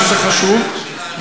שזה חשוב,